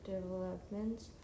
developments